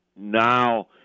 Now